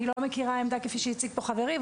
אני לא מכירה עמדה כפי שהציג פה חברי,